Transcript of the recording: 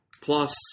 Plus